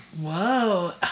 Whoa